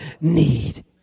need